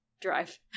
drive